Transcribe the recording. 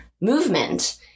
movement